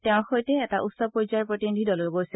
তেওঁৰ সৈতে এটা উচ্চ পৰ্যায়ৰ প্ৰতিনিধি দলো গৈছে